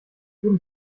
guten